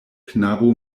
knabo